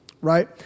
right